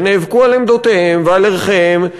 ונאבקו על עמדותיהם ועל ערכיהם.